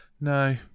no